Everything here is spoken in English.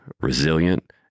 resilient